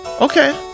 Okay